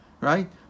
right